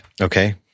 Okay